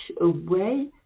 away